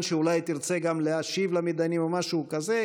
שאולי תרצה גם להשיב למתדיינים או משהו כזה,